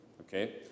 okay